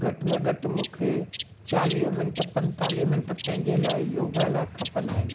घटि में घटि मूंखे चालीह मिन्ट पंतालीह मिन्ट पंहिंजे लाइ योगा लाइ खपंदा आहिनि